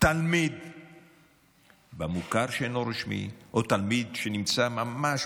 התלמיד במוכר שאינו רשמי או התלמיד שנמצא ממש